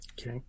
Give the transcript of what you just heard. okay